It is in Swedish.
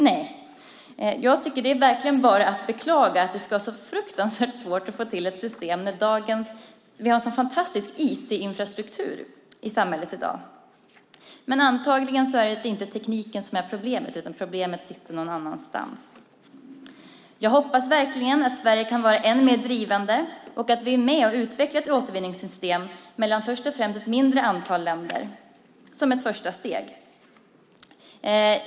Nej. Jag tycker att det verkligen är att beklaga att det ska vara så fruktansvärt svårt att få till ett system när vi har en så fantastisk IT-infrastruktur i samhället i dag. Men antagligen är det inte tekniken som är problemet, utan problemet sitter någon annanstans. Jag hoppas verkligen att Sverige kan vara än mer drivande och att vi är med och utvecklar ett återvinningssystem mellan först och främst ett mindre antal länder som ett första steg.